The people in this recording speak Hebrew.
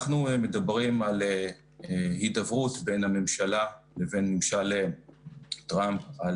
אנחנו מדברים על הידברות בין הממשלה לבין ממשל טראמפ על